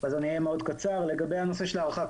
אהיה מאוד קצר לגבי הנושא של הארכה,